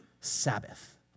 Sabbath